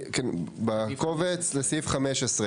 בקובץ, לסעיף 15?